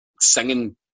singing